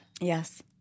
Yes